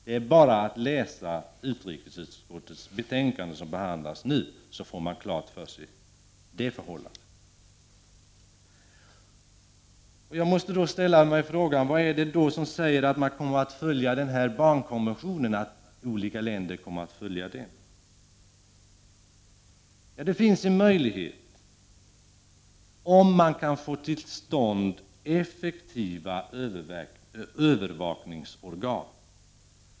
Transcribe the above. Det är bara att läsa det betänkande från utrikesutskottet som behandlas nu, så får man det förhållandet klart för sig. Jag måste då ställa mig frågan: Vad är det som säger att olika länder kommer att följa en barnkonvention? Det finns en möjlighet, om man kan få till stånd effektiva övervakningsorgan.